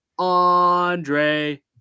Andre